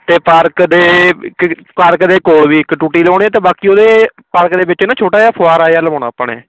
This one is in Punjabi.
ਅਤੇ ਪਾਰਕ ਦੇ ਪਾਰਕ ਦੇ ਕੋਲ ਵੀ ਇੱਕ ਟੂਟੀ ਲਵਾਉਣੀ ਅਤੇ ਬਾਕੀ ਉਹਦੇ ਪਾਰਕ ਦੇ ਵਿੱਚ ਨਾ ਛੋਟਾ ਜਿਹਾ ਫੁਹਾਰਾ ਜਿਹਾ ਲਵਾਉਣਾ ਆਪਾਂ ਨੇ